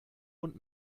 und